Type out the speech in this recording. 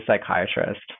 psychiatrist